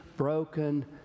broken